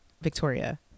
Victoria